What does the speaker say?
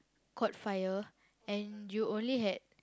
caught fire and you only had